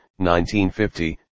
1950